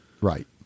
right